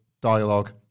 dialogue